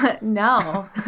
no